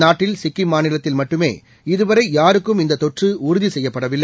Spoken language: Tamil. நாட்டில்சிக்கிம்மாநிலத்தில்மட்டுமேஇதுவரையாருக்கும்இந்ததொற்றுஉறுதிசெய்யப் படவில்லை